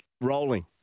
rolling